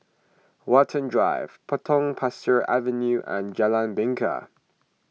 Watten Drive Potong Pasir Avenue and Jalan Bingka